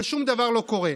אבל שום דבר לא קורה.